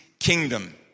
kingdom